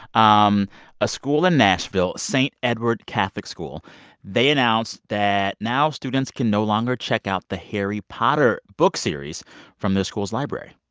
um a school in nashville st. edward catholic school they announced that now students can no longer check out the harry potter book series from their school's library,